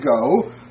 go